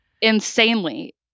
insanely